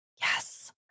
Yes